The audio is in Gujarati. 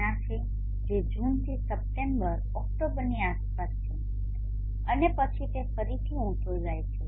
45ની આસપાસ છે આ ચોમાસાના મહિનાઓ છે જે જૂનથી સપ્ટેમ્બર ઓક્ટોબરની આસપાસ છે અને પછી તે ફરીથી ઉચો જાય છે